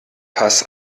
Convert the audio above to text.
pass